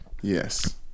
Yes